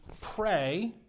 pray